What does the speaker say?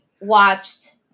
watched